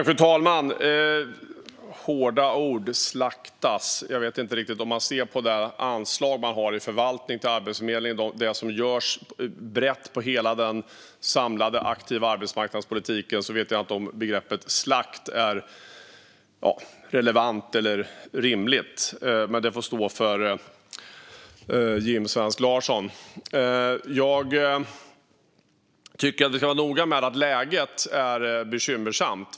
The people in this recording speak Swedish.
Fru talman! Det var hårda ord - slaktas. Om man ser på anslaget för förvaltning till Arbetsförmedlingen och till det som görs brett i hela den samlade aktiva arbetsmarknadspolitiken vet jag inte om begreppet slakt är relevant eller rimligt, men det får stå för Jim Svensk Larm. Jag tycker att vi ska vara noga med att läget är bekymmersamt.